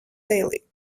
daily